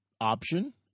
option